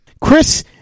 Chris